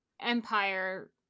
Empire